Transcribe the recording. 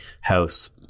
house